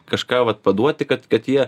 kažką vat paduoti kad kad jie